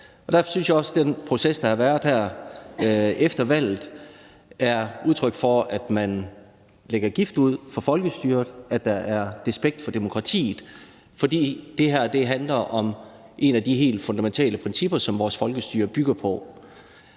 Derfor synes jeg også, den proces, der har været her efter valget, er udtryk for, at man lægger gift ud for folkestyret, at der er despekt for demokratiet. For det her handler om et af de helt fundamentale principper, som vores folkestyre bygger på.